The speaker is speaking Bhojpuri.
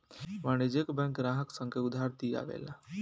वाणिज्यिक बैंक ग्राहक सन के उधार दियावे ला